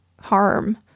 harm